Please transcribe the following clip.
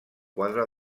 quadre